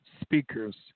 speakers